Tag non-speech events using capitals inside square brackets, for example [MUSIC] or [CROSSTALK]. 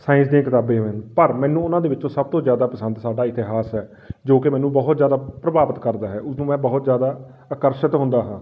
science ਦੀਆਂ ਕਿਤਾਬਾਂ [UNINTELLIGIBLE] ਪਰ ਮੈਨੂੰ ਉਹਨਾਂ ਦੇ ਵਿੱਚੋਂ ਸਭ ਤੋਂ ਜ਼ਿਆਦਾ ਪਸੰਦ ਸਾਡਾ ਇਤਿਹਾਸ ਹੈ ਜੋ ਕਿ ਮੈਨੂੰ ਬਹੁਤ ਜ਼ਿਆਦਾ ਪ੍ਰਭਾਵਿਤ ਕਰਦਾ ਹੈ ਉਸ ਨੂੰ ਮੈਂ ਬਹੁਤ ਜ਼ਿਆਦਾ ਆਕਰਸ਼ਿਤ ਹੁੰਦਾ ਹਾਂ